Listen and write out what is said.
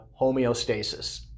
homeostasis